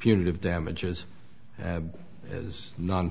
punitive damages as non